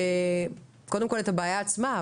והיא קודם כל הבעיה עצמה,